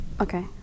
Okay